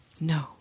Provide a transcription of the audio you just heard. No